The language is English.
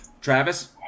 Travis